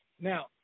Now